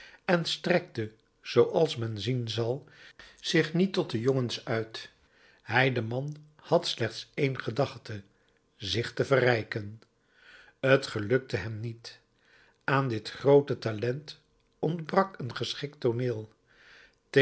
en strekte zooals men zien zal zich niet tot de jongens uit hij de man had slechts één gedachte zich te verrijken t gelukte hem niet aan dit groote talent ontbrak een geschikt tooneel